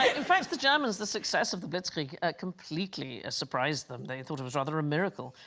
ah in fact the germans the success of the blitzkrieg ah completely ah surprised them they thought it was rather a miracle,